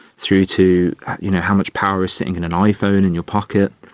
through to you know how much power is sitting in an iphone in your pocket.